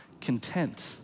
content